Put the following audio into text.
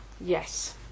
Yes